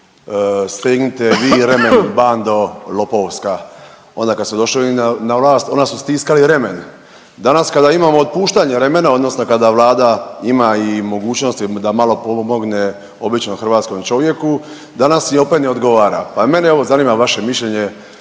stegnite vi remen bando lopovska. Onda kad su došli oni na vlast, onda su stiskali remen. Danas kada imamo otpuštanje remena, odnosno kada Vlada ima i mogućnosti da malo pomogne običnom hrvatskom čovjeku danas im opet ne odgovara. Pa mene evo zanima vaše mišljenje